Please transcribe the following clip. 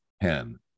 pen